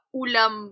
ulam